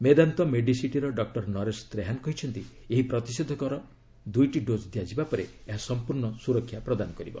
ମେଦାନ୍ତ ମେଡିସିଟିର ଡକ୍ର ନରେଶ ତ୍ରେହାନ୍ କହିଛନ୍ତି ଏହି ପ୍ରତିଷେଧକର ଦୁଇଟି ଡୋଜ୍ ଦିଆଯିବା ପରେ ଏହା ସମ୍ପୂର୍ଣ୍ଣ ସୁରକ୍ଷା ପ୍ରଦାନ କରିବ